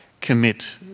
commit